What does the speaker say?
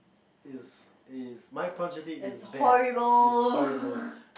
is is my punctuality is bad is horrible